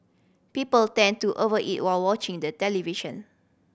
people tend to over eat while watching the television